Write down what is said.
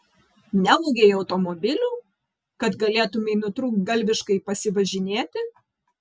nevogei automobilių kad galėtumei nutrūktgalviškai pasivažinėti